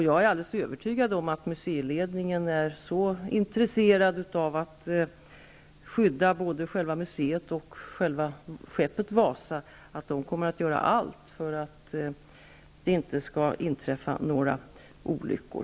Jag är alldeles övertygad om att museiledningen är så intresse rad av att skydda både museet och själva skeppet Wasa att man kommer att göra allt för att det inte skall inträffa olyckor.